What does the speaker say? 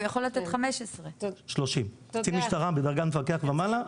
הוא יכול לתת 15. 30. קצין משטרה בדרגת מפקח ומעלה,